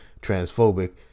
transphobic